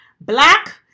Black